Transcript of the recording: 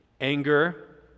anger